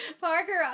Parker